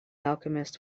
alchemist